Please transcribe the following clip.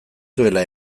duela